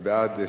בעד,